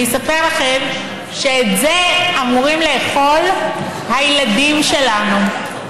אני אספר לכם שאת זה אמורים לאכול הילדים שלנו,